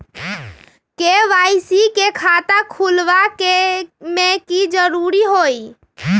KYC के खाता खुलवा में की जरूरी होई?